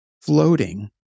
floating